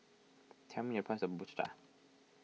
tell me the price of Cha Cha